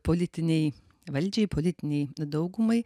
politinei valdžiai politinei daugumai